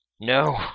No